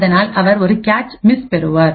அதனால் அவர் ஒரு கேச் மிஸ் பெறுவார்